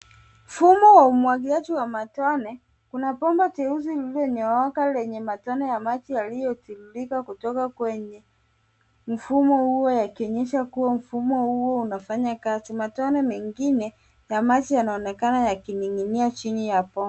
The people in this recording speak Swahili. Mfumo wa umwagiliaji wa matone. Kuna bomba jeusi lililonyooka lenye matone ya maji yaliyotiririka kutoka kwenye mfumo huo yakionyesha kuwa mfumo huo unafanya kazi. Matone mengine ya maji yanaonekana yakining'inia chini ya bomba.